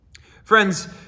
Friends